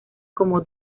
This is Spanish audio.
como